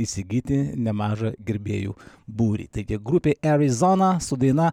įsigyti nemažą gerbėjų būrį taigi grupė erizona su daina